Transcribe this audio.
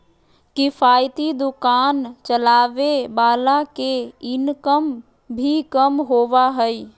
किफायती दुकान चलावे वाला के इनकम भी कम होबा हइ